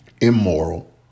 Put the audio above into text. immoral